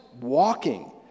walking